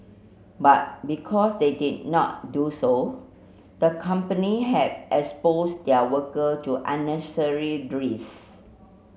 but because they did not do so the company had exposed their worker to unnecessary risk